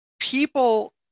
people